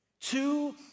Two